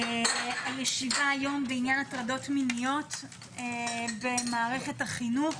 על סדר-היום: הטרדות מיניות במערכת החינוך.